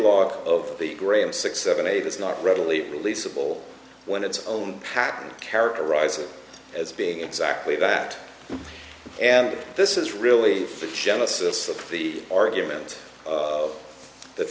lot of the graham six seven eight is not readily releasable when its own patent characterize it as being exactly that and this is really the genesis of the argument that